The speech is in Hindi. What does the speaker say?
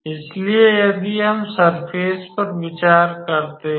इसलिए यदि हम सर्फ़ेस पर विचार करते हैं